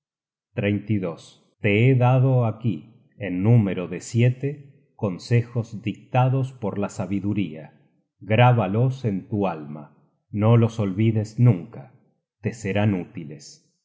carece de reflexion te he dado aquí en número de siete consejos dictados por la sabiduría grábalos en tu alma no los olvides nunca te serán útiles